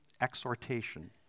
exhortation